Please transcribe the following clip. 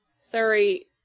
sorry